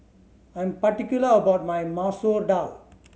I'm particular about my Masoor Dal